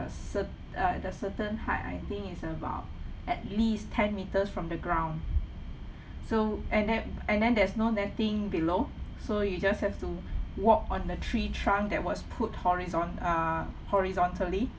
cer~ uh the certain height I think is about at least ten meters from the ground so and there and then there's no netting below so you just have to walk on the tree trunk that was put horizon~ uh horizontally